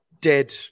dead